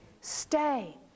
stay